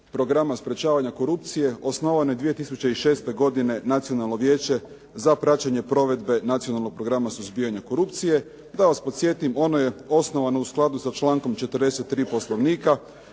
programa sprečavanja korupcije osnovano je 2006. godine Nacionalno vijeće za praćenje provedbe Nacionalnog programa suzbijanja korupcije. Da vas podsjetim, ono je osnovano u skladu sa člankom 43. Poslovnika